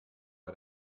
bei